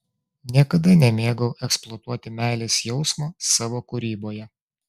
niekada nemėgau eksploatuoti meilės jausmo savo kūryboje